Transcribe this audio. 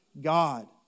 God